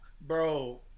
Bro